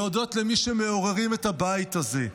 להודות למי שמעוררים את הבית זה,